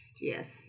Yes